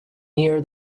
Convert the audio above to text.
near